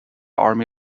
army